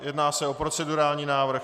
Jedná se o procedurální návrh.